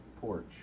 porch